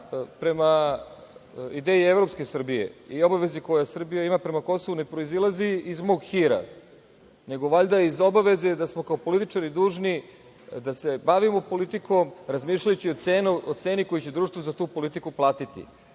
prema ideji evropske Srbije i obavezi koja Srbija ima prema Kosovu ne proizilazi iz mog hira, nego valjda iz obaveze da smo kao političari dužni da se bavimo politikom, razmišljajući o ceni koje će društvo za tu politiku platiti.